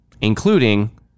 including